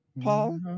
Paul